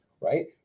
right